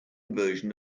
version